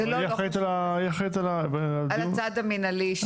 היא אחראית על --- אני אחראית על הצעד המנהלי,